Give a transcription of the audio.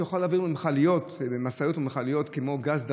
שזה יוכל לעבור במשאיות ובמכליות כמו גז דחוס,